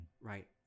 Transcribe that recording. right